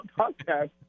podcast